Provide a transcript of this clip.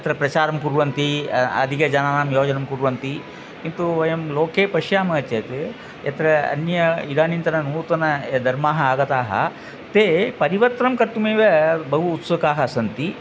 अत्र प्रचारं कुर्वन्ति अधिकजनानां योजनां कुर्वन्ति किन्तु वयं लोके पश्यामः चेद् यत्र अन्य इदानीन्तन नूतन यद् धर्माः आगताः ते परिवर्तनं कर्तुमेव बहु उत्सुकाः सन्ति